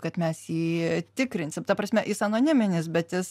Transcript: kad mes jį tikrinsim ta prasme jis anoniminis bet jis